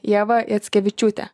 ieva jackevičiūtė